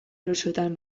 erosoetan